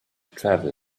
travel